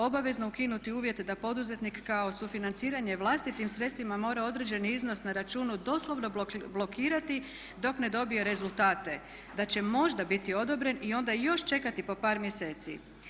Obavezno ukinuti uvjet da poduzetnik kao sufinanciranje vlastitim sredstvima mora određeni iznos na računu doslovno blokirati dok ne dobije rezultate da će možda biti odobren i onda još čekati po par mjeseci.